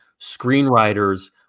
screenwriters